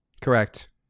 Correct